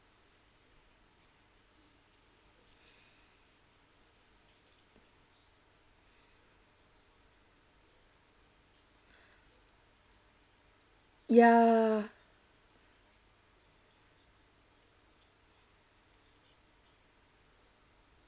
ya